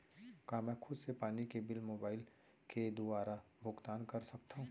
का मैं खुद से पानी के बिल मोबाईल के दुवारा भुगतान कर सकथव?